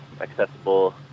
accessible